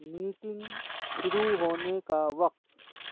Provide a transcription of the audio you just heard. meeting شروع ہونے کا وقت